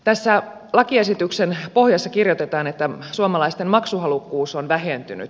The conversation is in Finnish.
tässä lakiesityksen pohjassa kirjoitetaan että suomalaisten maksuhalukkuus on vähentynyt